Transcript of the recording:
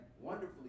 wonderfully